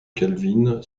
calvin